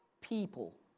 people